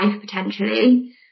potentially